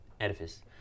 edifice